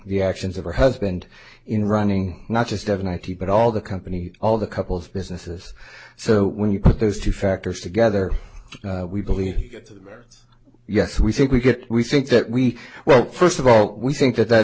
the actions of her husband in running not just of ninety but all the company all the couple's businesses so when you put those two factors together we believe that yes we think we get we think that we well first of all we think that that